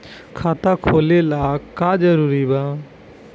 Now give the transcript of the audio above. खाता खोले ला का का जरूरी बा?